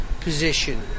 position